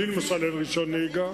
לי למשל אין רשיון נהיגה.